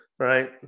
Right